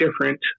different